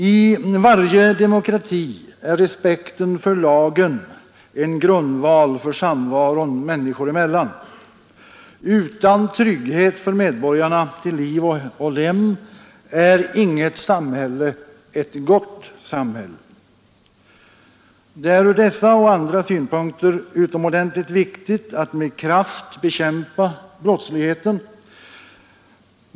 I varje demokrati är respekten för lagen en grundval för samvaron människor emellan. Utan trygghet för medborgarna till liv och lem är inget samhälle ett gott samhälle. Det är ur dessa och andra synpunkter utomordentligt viktigt att med kraft bekämpa brottsligheten.